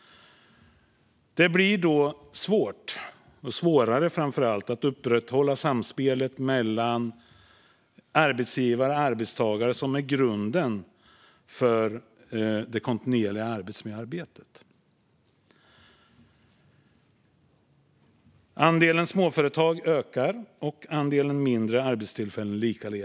Det blir då svårare att upprätthålla det samspel mellan arbetsgivare och arbetstagare som är grunden för det kontinuerliga arbetsmiljöarbetet. Andelen småföretag ökar och likaledes andelen mindre arbetsställen.